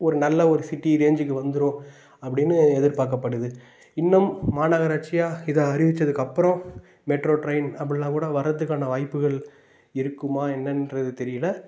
ஒரு நல்ல ஒரு சிட்டி ரேஞ்சுக்கு வந்துடும் அப்படின்னு எதிர்பார்க்கப்படுது இன்னும் மாநகராட்சியாக இதை அறிவிச்சதுக்கப்பறம் மெட்ரோ ட்ரெயின் அப்படியெல்லாம் கூட வர்றத்துக்கான வாய்ப்புகள் இருக்குமா என்னென்றது தெரியலை